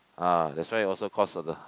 ah that's why also cause the